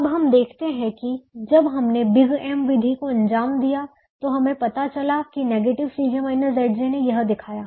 अब हम देखते हैं कि जब हमने बिग M विधि को अंजाम दिया तो हमें पता चला कि नेगेटिव ने यह दिखाया